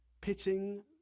pitting